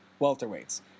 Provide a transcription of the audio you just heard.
welterweights